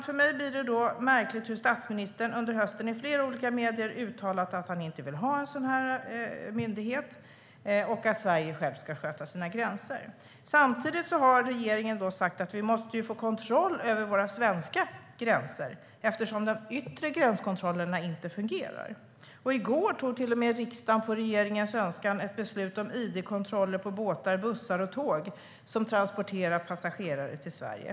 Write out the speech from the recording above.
För mig blir det därför märkligt att statministern under hösten i flera olika medier uttalat att han inte vill ha en sådan myndighet och att Sverige självt ska sköta sina gränser. Samtidigt har regeringen sagt att vi måste få kontroll över våra svenska gränser eftersom de yttre gränskontrollerna inte fungerar. I går tog riksdagen till och med, på regeringens önskan, ett beslut om id-kontroller på båtar, bussar och tåg som transporterar passagerare till Sverige.